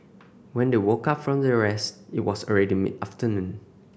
when they woke up from their rest it was already mid afternoon